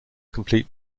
complete